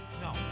No